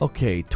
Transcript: Okay